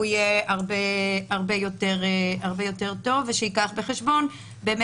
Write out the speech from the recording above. הוא יהיה הרבה יותר טוב וייקח בחשבון את